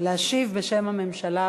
להשיב בשם הממשלה.